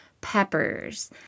peppers